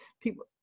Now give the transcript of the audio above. people